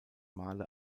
male